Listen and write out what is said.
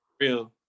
real